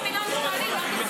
ניתן מקור תקציבי.